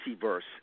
verse